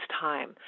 time